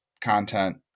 content